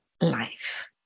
life